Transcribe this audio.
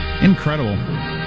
Incredible